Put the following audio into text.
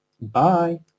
Bye